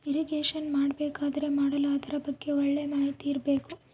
irrigation ಮಾಡಬೇಕಾದರೆ ಮಾಡಲು ಅದರ ಬಗ್ಗೆ ಒಳ್ಳೆ ಮಾಹಿತಿ ಇರ್ಬೇಕು